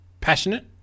passionate